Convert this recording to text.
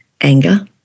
anger